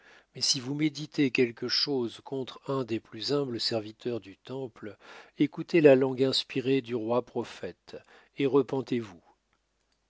mais si vous méditez quelque chose contre un des plus humbles serviteurs du temple écoutez la langue inspirée du roi prophète et repentez-vous